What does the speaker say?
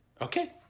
Okay